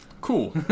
Cool